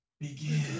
begin